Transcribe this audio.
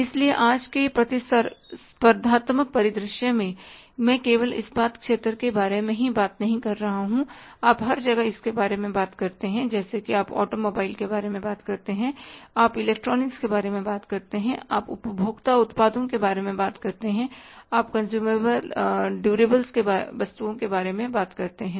इसलिए आज के इस प्रतिस्पर्धात्मक परिदृश्य में मैं केवल इस्पात क्षेत्र के बारे में ही बात नहीं कर रहा हूं आप हर जगह इसके बारे में बात करते हैं जैसे कि आप ऑटोमोबाइल के बारे में बात करते हैं आप इलेक्ट्रॉनिक्स के बारे में बात करते हैं आप उपभोक्ता उत्पादों के बारे में बात करते हैं और आप कंज्यूमर ड्यूरेबल वस्तुओं के बारे में बात करते हैं